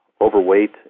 overweight